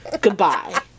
Goodbye